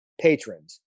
patrons